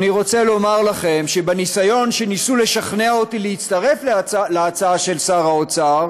אני רוצה לומר לכם שבניסיון שניסו לשכנע אותי להצטרף להצעה של שר האוצר